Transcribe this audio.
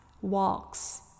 walks